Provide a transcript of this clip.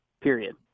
period